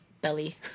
belly